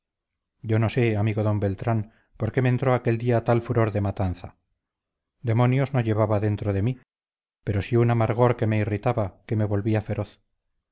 yo no sé amigo d beltrán por qué me entró aquel día tal furor de matanza demonios no llevaba dentro de mí pero sí un amargor que me irritaba que me volvía feroz